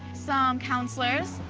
some counselors,